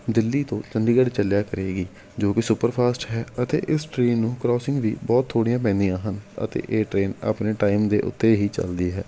ਦਿੱਲੀ ਤੋਂ ਚੰਡੀਗੜ੍ਹ ਚੱਲਿਆ ਕਰੇਗੀ ਜੋ ਕਿ ਸੁਪਰ ਫਾਸਟ ਹੈ ਅਤੇ ਇਸ ਟ੍ਰੈਨ ਨੂੰ ਕਰੋਸਿੰਗ ਵੀ ਬਹੁਤ ਥੋੜ੍ਹੀਆਂ ਪੈਂਦੀਆਂ ਹਨ ਅਤੇ ਇਹ ਟ੍ਰੇਨ ਆਪਣੇ ਟਾਈਮ ਦੇ ਉੱਤੇ ਹੀ ਚੱਲਦੀ ਹੈ